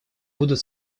будут